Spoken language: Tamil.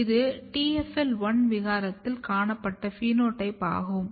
இது TFL1 விகாரத்தில் காணப்பட்ட பினோடைப் ஆகும்